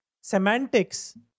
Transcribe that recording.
semantics